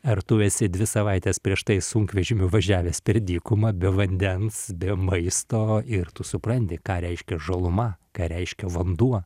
ar tu esi dvi savaites prieš tai sunkvežimiu važiavęs per dykumą be vandens be maisto ir tu supranti ką reiškia žaluma ką reiškia vanduo